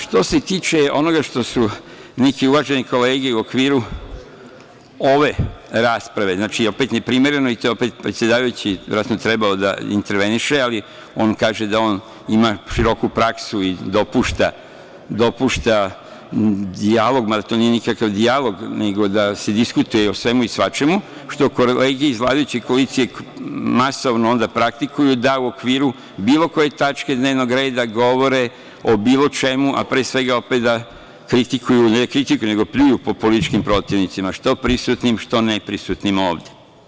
Što se tiče onoga što su neke uvažene kolege u okviru ove rasprave, opet neprimereno i predsedavajući je verovatno trebao da interveniše, ali on kaže da on ima široku praksu i dopušta dijalog, mada to nije nikakav dijalog nego da se diskutuje o svemu i svačemu, što kolege iz vladajuće koalicije masovno onda praktikuju da u okviru bilo koje tačke dnevnog reda govore o bilo čemu, a pre svega opet da kritikuju, i to ne kritikuju, nego pljuju po političkim protivnicima, što prisutnim, što neprisutnim ovde.